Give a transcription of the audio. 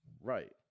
Right